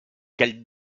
quels